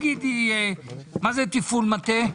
מה זה תפעול מטה?